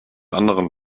anderen